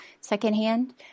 secondhand